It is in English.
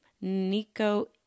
Nico